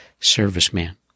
Serviceman